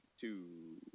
two